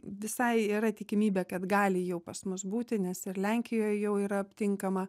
visai yra tikimybė kad gali jau pas mus būti nes ir lenkijoj jau yra aptinkama